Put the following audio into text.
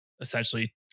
Essentially